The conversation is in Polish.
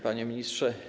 Panie Ministrze!